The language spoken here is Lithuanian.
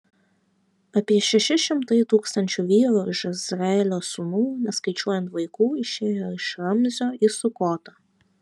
apie šeši šimtai tūkstančių vyrų iš izraelio sūnų neskaičiuojant vaikų išėjo iš ramzio į sukotą